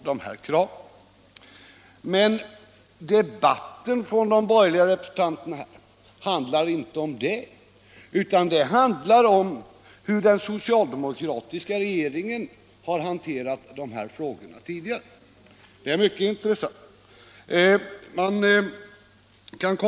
Men den debatt som de borgerliga ledamöterna för handlar inte om detta, utan den handlar om hur den socialdemokratiska regeringen hanterade dessa frågor. Det är mycket intressant.